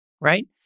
right